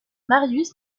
marius